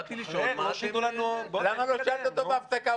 באתי לשאול מה אתם --- למה לא שאלת אותו בהפסקה?